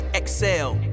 exhale